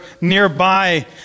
nearby